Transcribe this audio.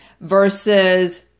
Versus